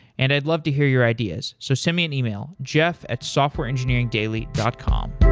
and i'd love to hear your ideas. so send me an email, jeff at softwareengineeringdaily dot com.